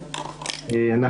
לא?